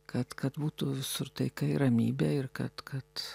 kad kad būtų visur taika ir ramybė ir kad kad